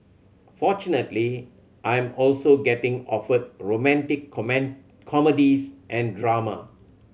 fortunately I'm also getting offered romantic comedies and drama